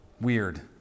weird